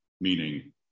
meaning